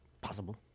Possible